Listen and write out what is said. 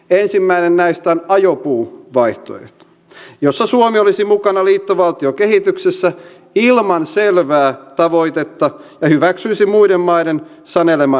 ensimmäinen näistä on ajopuuvaihtoehto jossa suomi olisi mukana liittovaltiokehityksessä ilman selvää tavoitetta ja hyväksyisi muiden maiden saneleman politiikan